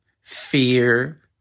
fear